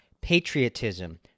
patriotism